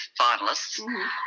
finalists